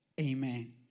Amen